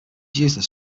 useless